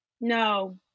No